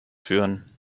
führen